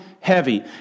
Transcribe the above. heavy